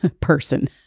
person